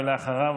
ואחריו,